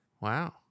wow